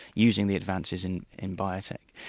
using the advances in in biotech.